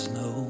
no